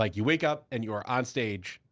like you wake up, and you are on stage,